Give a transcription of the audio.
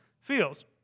feels